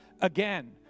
again